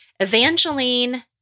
Evangeline